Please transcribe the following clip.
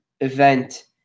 event